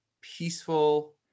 peaceful